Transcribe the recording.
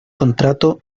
contrato